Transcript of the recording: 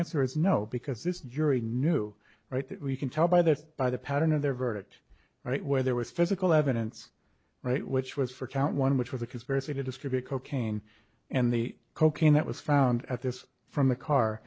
answer is no because this jury knew right we can tell by the by the pattern of their verdict right where there was physical evidence right which was for count one which was a conspiracy to distribute cocaine and the cocaine that was found at this from the car